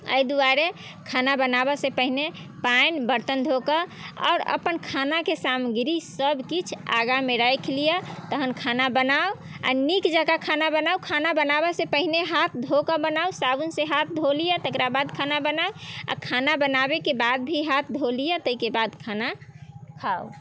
एहि दुआरे खाना बनाबे से पहिने पानि बर्तन धोके आओर अपन खानाके सामग्री सब किछु आगाँमे राखि लिअ तहन खाना बनाउ आ नीक जकाँ खाना बनाउ खाना बनाबे से पहिने हाथ धोके बनाउ साबुन से हाथ धो लिअ तेकरा बाद खाना बनाउ आ खाना बनयबाके बाद भी हाथ धो लिअ ताहिके बाद खाना खाउ